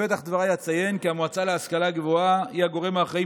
בפתח דבריי אציין כי המועצה להשכלה גבוהה היא הגורם האחראי